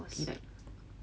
like